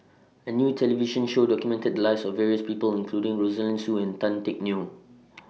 A New television Show documented The Lives of various People including Rosaline Soon and Tan Teck Neo